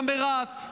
גם ברהט.